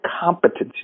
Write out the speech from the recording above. competency